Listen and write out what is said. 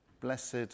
Blessed